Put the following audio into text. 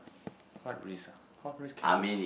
what risk ah what risk can you